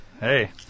Hey